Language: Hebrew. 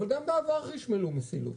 אבל גם בעבר חשמלו מסילות.